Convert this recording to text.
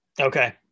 Okay